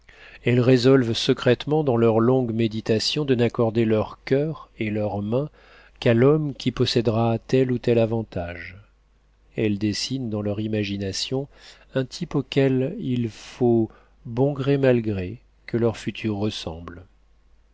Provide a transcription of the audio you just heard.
elles résolvent secrètement dans leurs longues méditations de n'accorder leur coeur et leur main qu'à l'homme qui possédera tel ou tel avantage elles dessinent dans leur imagination un type auquel il faut bon gré mal gré que leur futur ressemble